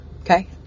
okay